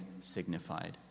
signified